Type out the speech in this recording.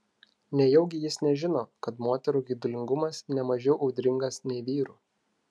nejaugi jis nežino kad moterų geidulingumas ne mažiau audringas nei vyrų